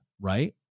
right